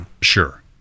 Sure